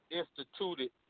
instituted